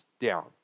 down